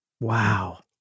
Wow